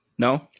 No